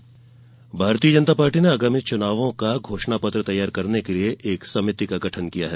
भाजपा समिति भारतीय जनता पार्टी ने आगामी आम चुनावों का घोषणा पत्र तैयार करने के लिए एक समिति का गठन किया है